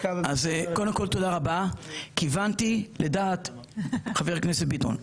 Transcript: קודם כל תודה רבה חבר הכנסת ביטון.